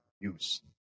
use